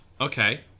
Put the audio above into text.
okay